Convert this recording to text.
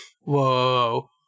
Whoa